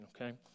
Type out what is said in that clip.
okay